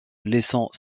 laissant